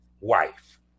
wife